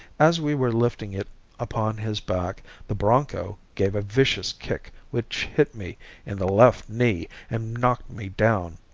as we were lifting it upon his back the bronco gave a vicious kick which hit me in the left knee and knocked me down.